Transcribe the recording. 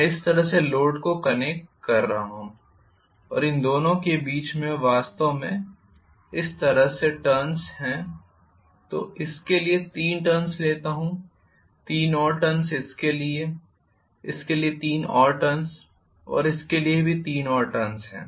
मैं इस तरह से लोड को कनेक्ट कर रहा हूं और इन दोनों के बीच मैं वास्तव में इस तरह से टर्न्स है तो इसके लिए तीन टर्न्स लेता हूं तीन और टर्न्स इसके लिए इसके लिए तीन और टर्न्स और इसके लिए भी तीन और टर्न्स हैं